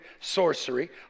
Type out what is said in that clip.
sorcery